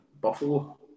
Buffalo